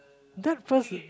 that first